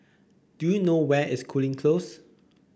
do you know where is Cooling Close